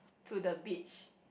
to the beach